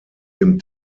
dem